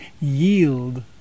yield